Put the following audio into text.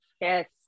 Yes